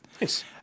nice